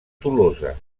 tolosa